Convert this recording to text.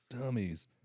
Dummies